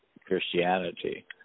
Christianity